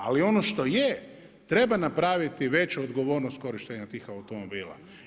Ali ono što je, treba napraviti veću odgovornost korištenja tih automobila.